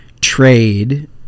trade